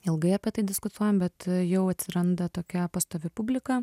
ilgai apie tai diskutuojam bet jau atsiranda tokia pastovi publika